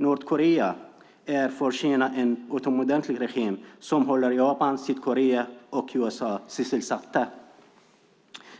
Nordkorea är för Kina en utomordentlig regim som håller Japan, Sydkorea och USA sysselsatta.